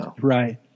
Right